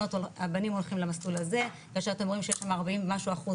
הבנים הולכים למסלול הזה כאשר אתם רואים שיש שם 40 ומשהו אחוז